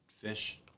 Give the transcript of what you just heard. fish